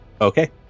Okay